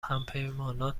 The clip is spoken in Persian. همپیمانان